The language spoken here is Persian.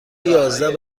یازده